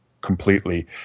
completely